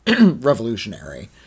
revolutionary